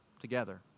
together